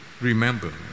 remember